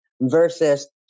versus